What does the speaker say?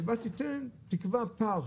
שתקבע פער,